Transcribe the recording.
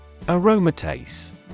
Aromatase